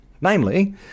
Namely